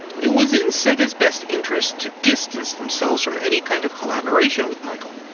it was in sega's best interests to distance themselves from any kind of collaboration with michael,